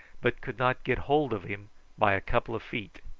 but could not get hold of him by a couple of feet.